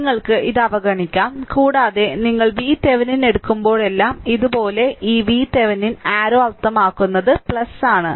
നിങ്ങൾക്ക് ഇത് അവഗണിക്കാം കൂടാതെ നിങ്ങൾ VThevenin എടുക്കുമ്പോഴെല്ലാം ഇതുപോലെ ഈ VThevenin അരരൌ അർത്ഥമാക്കുന്നത് ആണ്